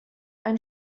einen